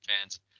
fans